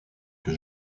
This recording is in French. que